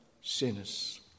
sinners